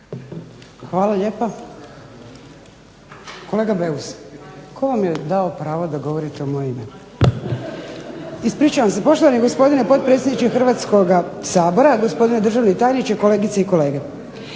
Hvala lijepa. Kolega Beus tko vam je dao pravo da govorite u moje ime? Ispričavam se. Poštovani gospodine potpredsjedniče Hrvatskoga sabora, gospodine državni tajniče, kolegice i kolege.